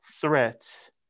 threats